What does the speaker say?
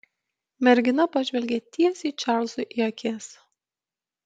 mergina pažvelgė tiesiai čarlzui į akis